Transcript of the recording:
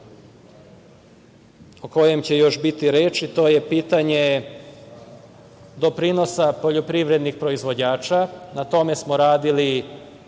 o kojem će još biti reči, a to je pitanje doprinosa poljoprivrednih proizvođača. Na tome smo radili,